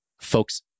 folks